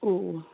oh